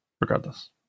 regardless